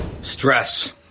Stress